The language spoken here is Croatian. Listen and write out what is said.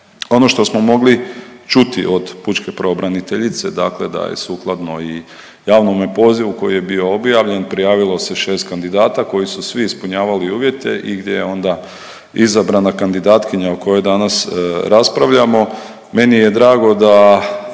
Ono što smo mogli čuti od pučke pravobraniteljice, dakle da je sukladno i javnome pozivu koji je bio objavljen prijavilo se 6 kandidata koji su svi ispunjavali uvjete i gdje je onda izabrana kandidatkinja o kojoj danas raspravljamo.